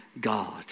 God